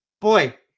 Boy